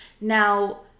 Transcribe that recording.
Now